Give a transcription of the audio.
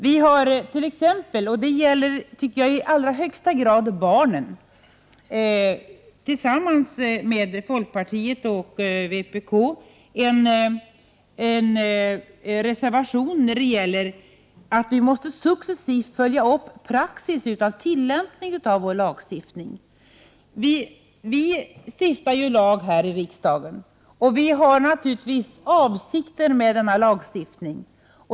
Vi har tillsammans med folkpartiet och vpk en reservation om att man successivt — och det gäller bl.a. i allra högsta grad beträffande barnen — måste följa upp praxis vid tillämpningen av lagstiftningen. Vi som är ledamöter här i riksdagen stiftar lagar, och vi har naturligtvis avsikter med denna lagstiftning.